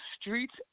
streets